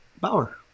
Bauer